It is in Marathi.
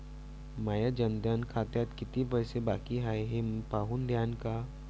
माया जनधन खात्यात कितीक पैसे बाकी हाय हे पाहून द्यान का?